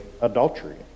adultery